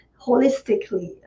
holistically